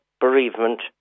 bereavement